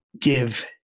give